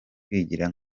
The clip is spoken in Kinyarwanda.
kwigira